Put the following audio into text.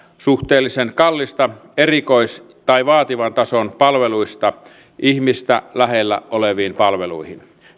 suhteellisen kalliista erikois tai vaativan tason palveluista ihmistä lähellä oleviin palveluihin